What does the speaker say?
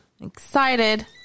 excited